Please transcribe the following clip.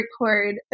record